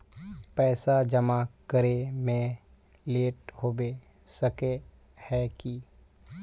पैसा जमा करे में लेट होबे सके है की?